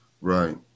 right